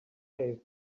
faith